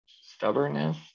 stubbornness